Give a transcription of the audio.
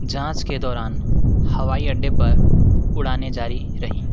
जाँच के दौरान हवाई अड्डे पर उड़ानें जारी रहीं